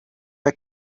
der